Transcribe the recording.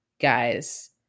Guys